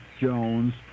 Jones